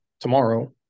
tomorrow